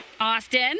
Austin